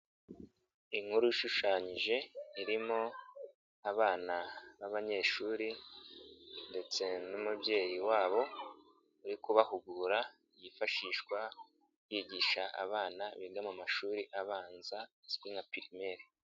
Inkuru ishushanyije irimo abana b'abanyeshuri ndetse n'umubyeyi wabo uri kubahugura, yifashishwa yigisha abana biga mu mashuri abanza azwi nka pirimeri.